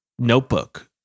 notebook